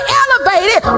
elevated